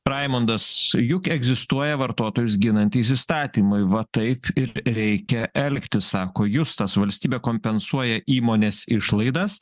raimundas juk egzistuoja vartotojus ginantys įstatymai va taip ir reikia elgtis sako justas valstybė kompensuoja įmonės išlaidas